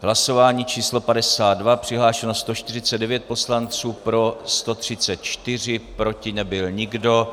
Hlasování číslo 52, přihlášeno 149 poslanců, pro 134, proti nebyl nikdo.